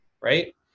right